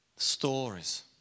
Stories